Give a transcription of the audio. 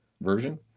Version